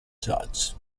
judge